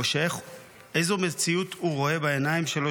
או איזו מציאות הוא רואה בעיניים שלו,